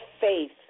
faith